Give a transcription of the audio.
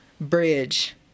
bridge